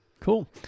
Cool